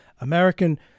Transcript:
American